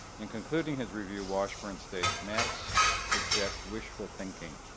in concluding his review, washburn states maps project wishful thinking.